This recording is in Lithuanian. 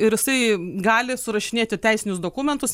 ir jisai gali surašinėti teisinius dokumentus